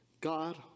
God